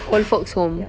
old folks home